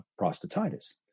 prostatitis